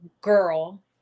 girl